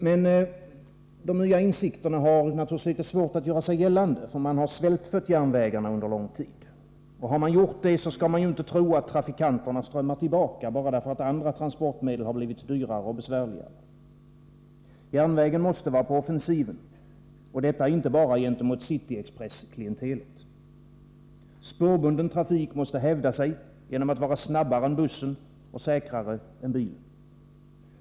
Men de nya insikterna har svårt att göra sig gällande, eftersom man har svältfött järnvägarna under lång tid. När man har gjort det skall man inte tro att trafikanterna strömmar tillbaka bara för att andra transportmedel blivit dyrare och besvärligare. Järnvägen måste vara på offensiven — och det inte bara gentemot cityexpress-klientelet. Spårbunden trafik måste hävda sig genom att vara snabbare än buss och säkrare än bil.